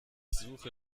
suche